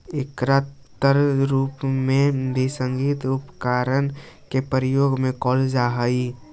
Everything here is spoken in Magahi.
एकरा तार के रूप में भी संगीत उपकरण में प्रयोग कैल जा हई